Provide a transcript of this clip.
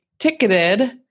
ticketed